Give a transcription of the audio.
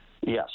Yes